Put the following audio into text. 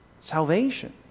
salvation